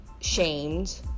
shamed